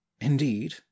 Indeed